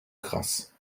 krass